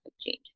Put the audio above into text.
change